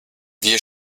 wir